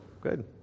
good